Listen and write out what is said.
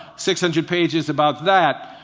six hundred pages about that.